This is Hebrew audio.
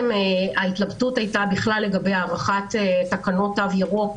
ההתלבטות הייתה בכלל לגבי הארכת תקנות תו ירוק,